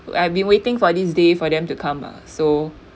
would I be waiting for this day for them to come lah so